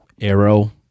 Arrow